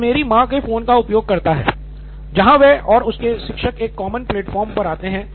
वह मेरी माँ के फोन का उपयोग करता है जहाँ वह और उसके शिक्षक एक कॉमन प्लेटफॉर्म पर आते हैं